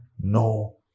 no